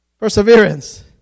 Perseverance